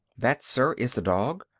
that, sir, is the dog,